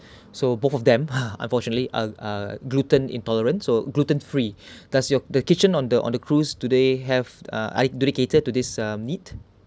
so both of them ha unfortunately are are gluten intolerant so gluten free does your the kitchen on the on the cruise do they have ah dedicated to this uh need